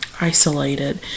isolated